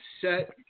set